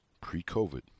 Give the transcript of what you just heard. pre-COVID